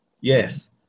Yes